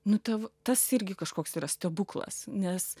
nu ta tas irgi kažkoks yra stebuklas nes